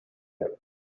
him